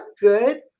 good